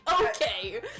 okay